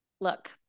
look